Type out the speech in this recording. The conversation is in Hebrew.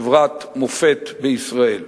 של חברת מופת בישראל.